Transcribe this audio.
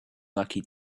lucky